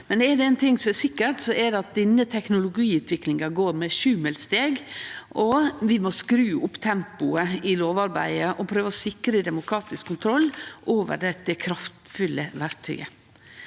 Er det ein ting som er sikkert, er det at denne teknologiutviklinga går med sjumilssteg, og vi må skru opp tempoet i lovarbeidet og prøve å sikre demokratisk kontroll over dette kraftfulle verktøyet.